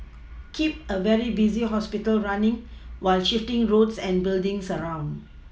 keep a very busy hospital running while shifting roads and buildings around